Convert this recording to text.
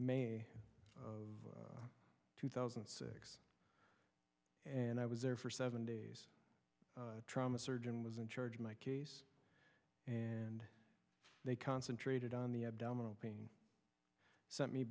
may of two thousand and six and i was there for seven days the trauma surgeon was in charge of my case and they concentrated on the abdominal pain sent me